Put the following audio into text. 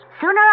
Sooner